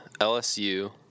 LSU